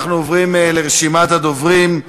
אנחנו עוברים לרשימת הדוברים.